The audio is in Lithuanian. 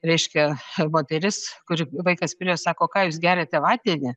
reiškia moteris kuri vaikas priėjo sako ką jūs geriate vandenį